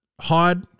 hide